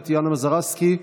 טטיאנה מזרסקי,